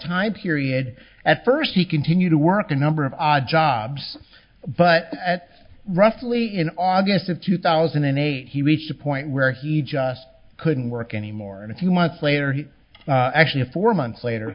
time period at first he continued to work a number of odd jobs but at roughly in august of two thousand and eight he reached a point where he just couldn't work anymore and a few months later he actually four months later